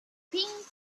pink